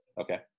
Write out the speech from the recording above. Okay